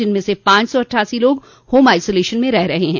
जिनमें से पांच सौ अट्ठासी लोग होम आइसोलेशन में रह रहे है